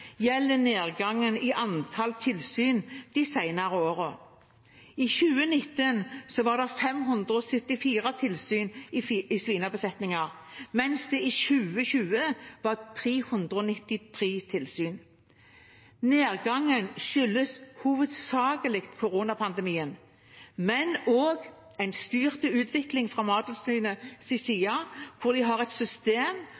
gjelder nedgangen i antall tilsyn de senere årene. I 2019 var det 574 tilsyn i svinebesetninger, mens det i 2020 var 393 tilsyn. Nedgangen skyldes hovedsakelig koronapandemien, men også en styrt utvikling fra